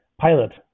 Pilot